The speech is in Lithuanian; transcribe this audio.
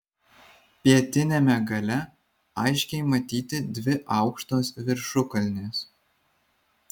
pietiniame gale aiškiai matyti dvi aukštos viršukalnės